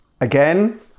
Again